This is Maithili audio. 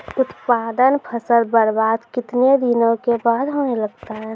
उत्पादन फसल बबार्द कितने दिनों के बाद होने लगता हैं?